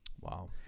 Wow